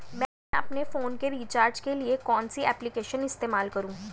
मैं अपने फोन के रिचार्ज के लिए कौन सी एप्लिकेशन इस्तेमाल करूँ?